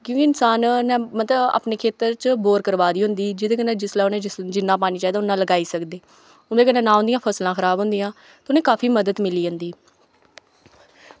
क्यूंकि इन्सान नै मतलब अपने खेत्तर च बोर करवा दी होंदी जिदे कन्नै जिसलै उनें जिन्ना पानी चाहिदा उन्ना लगाई सकदी उदे कन्नै ना उंदियां फसलां खराब होंदियां ते उनें काफी मदद मिली जंदी